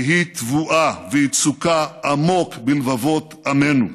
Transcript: כי היא טבועה ויצוקה עמוק בלבבות עמנו.